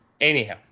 anyhow